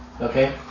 Okay